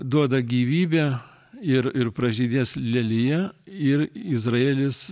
duoda gyvybę ir ir pražydės lelija ir izraelis